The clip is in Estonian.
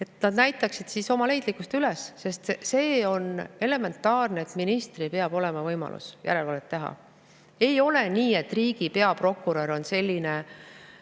et nad näitavad üles oma leidlikkust. See on elementaarne, et ministril peab olema võimalus järelevalvet teha. Ei ole nii, et riigi peaprokurör on siin